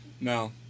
No